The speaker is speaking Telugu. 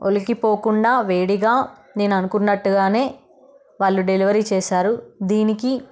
ఒలికి పోకుండా వేడిగా నేను అనుకున్నట్టుగానే వాళ్ళు డెలివరీ చేసారు దీనికి